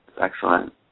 Excellent